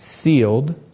sealed